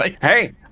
hey